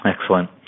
Excellent